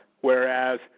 whereas